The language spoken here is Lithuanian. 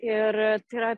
ir yra